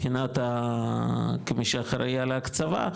כמי שאחראי על ההקצבה,